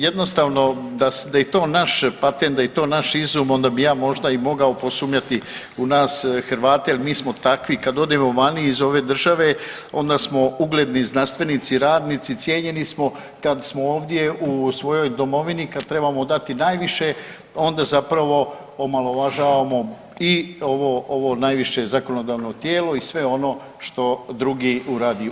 Jednostavno da je to naše, patent, da je to naš izum, onda bi ja možda i mogao posumnjati u nas Hrvate jer mi smo takvi, kad odemo vani iz ove države, onda smo ugledni znanstvenici, radnici, cijenjeni smo, kad smo ovdje u svojoj domovini, kad trebamo dati najviše, onda zapravo omalovažavamo i ovo najviše zakonodavno tijelo i sve ono što drugi uradi.